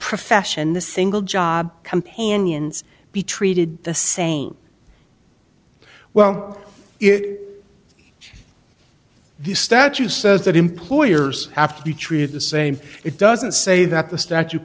profession the single job companions be treated the same well it the statute says that employers have to be treated the same it doesn't say that the statue